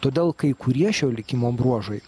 todėl kai kurie šio likimo bruožai